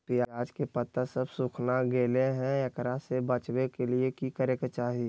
प्याज के पत्ता सब सुखना गेलै हैं, एकरा से बचाबे ले की करेके चाही?